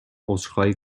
عذرخواهی